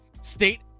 state